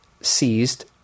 seized